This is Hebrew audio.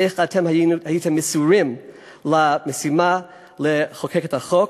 איך שהייתם מסורים למשימה לחוקק את החוק,